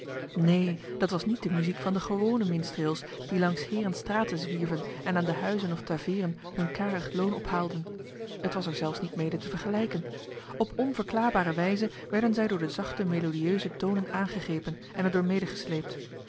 neen dat was niet de muziek van de gewone minstreels die langs s heeren straten zwierven en aan de huizen of taveeren hun karig loon ophaalden het was er zelfs niet mede te vergelijken op onverklaarbare wijze werden zij door de zachte melodieuze tonen aangegrepen en er